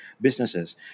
businesses